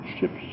ships